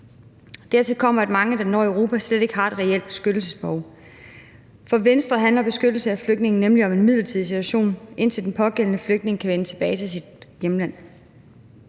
Dertil kommer, at mange, der når til Europa, slet ikke har et reelt beskyttelsesbehov. For Venstre handler beskyttelse af flygtninge nemlig om en midlertidig situation, indtil den pågældende flygtning kan vende tilbage til sit hjemland.